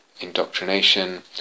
indoctrination